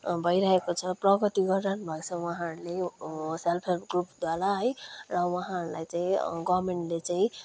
भइरहेको छ प्रगति गरिरहनुभएको छ उहाँहरूले सेल्फ होल्प ग्रुपद्वारा है र उहाँहरूलाई चाहिँ गभर्मेन्टले चाहिँ